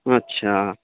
اچھا